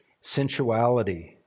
sensuality